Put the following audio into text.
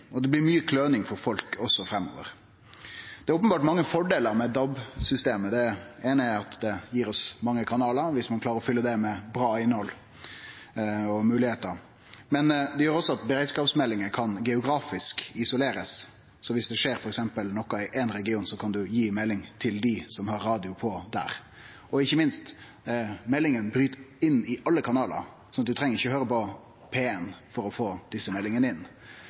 og det er blir mykje kløning for folk også framover. Det er openbert mange fordelar med DAB-systemet. Det eine er at det gir oss mange kanalar, om ein klarer å fylle det med bra innhald og moglegheiter. Men det gjer også at beredskapsmeldingar kan geografisk isolerast. Så viss det f.eks. skjer noko i éin region, kan du gi melding til dei som har radio på der. Ikkje minst bryt meldinga inn i alle kanalar, så du treng ikkje høyre på P1 for å få desse meldingane inn.